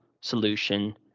solution